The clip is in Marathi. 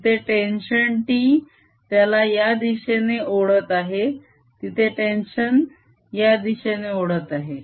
तिथे टेन्शन T त्याला या दिशेने ओढत आहे तिथे टेन्शन या दिशेने ओढत आहे